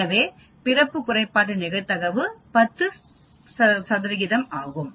எனவே பிறப்பு குறைபாட்டின் நிகழ்தகவு 10 ஆகும்